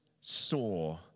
saw